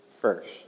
first